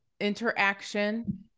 interaction